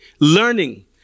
learning